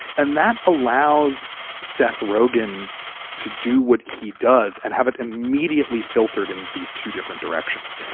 and that allows seth rogen to do what he does and have it immediately filtered in these two different directions.